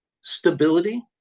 stability